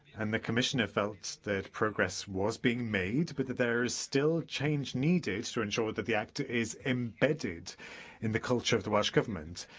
and fifteen. the commissioner felt that progress was being made, but that there is still change needed to ensure but that the act is embedded in the culture of the welsh government.